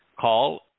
Call